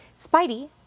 Spidey